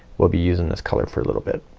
we'll be using this color for a little bit.